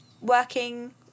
working